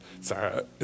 Sorry